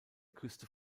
küste